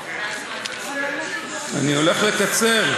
אני הולך לקצר.